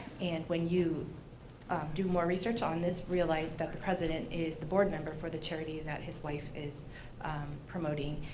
and when you do more research on this, realized that the president is the board member for the charity that his wife is promoting.